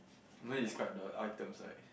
mind describe the items like